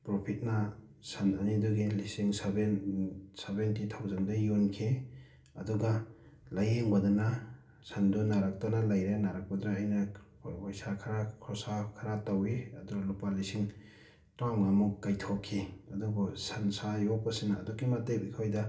ꯄ꯭ꯔꯣꯐꯤꯠꯅ ꯁꯟ ꯑꯅꯤꯗꯨꯒꯤ ꯂꯤꯁꯤꯡ ꯁꯚꯦꯟ ꯁꯚꯦꯟꯇꯤ ꯊꯥꯎꯖꯟꯗ ꯌꯣꯟꯈꯤ ꯑꯗꯨꯒ ꯂꯥꯏꯌꯦꯡꯕꯗꯅ ꯁꯟꯗꯣ ꯅꯥꯔꯛꯇꯅ ꯂꯩꯔꯦ ꯅꯥꯔꯛꯄꯗꯨꯗ ꯑꯩꯅ ꯄꯩꯁꯥ ꯈꯔ ꯈꯣꯔꯁꯥ ꯈꯔ ꯇꯧꯋꯤ ꯑꯗꯨꯅ ꯂꯨꯄꯥ ꯂꯤꯁꯤꯡ ꯇꯔꯥꯃꯉꯥꯃꯨꯛ ꯀꯥꯏꯊꯣꯛꯈꯤ ꯑꯗꯨꯕꯨ ꯁꯟꯁꯥ ꯌꯣꯛꯄꯁꯤꯅ ꯑꯗꯨꯛꯀꯤ ꯃꯇꯤꯛ ꯑꯩꯈꯣꯏꯗ